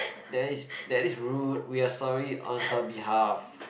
that is that is rude we're sorry on her behalf